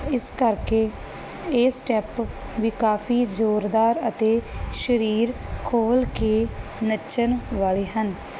ਇਸ ਕਰਕੇ ਇਹ ਸਟੈਪ ਵੀ ਕਾਫੀ ਜ਼ੋਰਦਾਰ ਅਤੇ ਸਰੀਰ ਖੋਲ ਕੇ ਨੱਚਣ ਵਾਲੇ ਹਨ